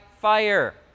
fire